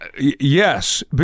Yes